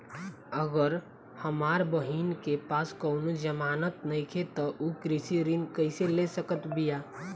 अगर हमार बहिन के पास कउनों जमानत नइखें त उ कृषि ऋण कइसे ले सकत बिया?